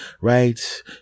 Right